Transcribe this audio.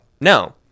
no